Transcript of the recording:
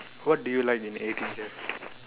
what do you like in eighteen chefs